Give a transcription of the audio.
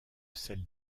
celle